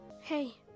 Hey